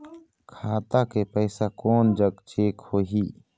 खाता के पैसा कोन जग चेक होही?